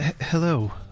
Hello